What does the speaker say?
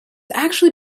actually